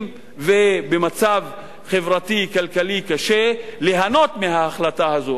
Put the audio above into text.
ובמצב חברתי-כלכלי קשה ליהנות מההחלטה הזאת.